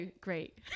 great